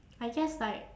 I guess like